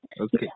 Okay